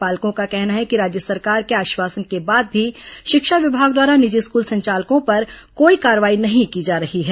पालकों का कहना है कि राज्य सरकार के आश्वासन के बाद भी शिक्षा विभाग द्वारा निजी स्कूल संचालकों पर कोई कार्यवाही नहीं की जा रही है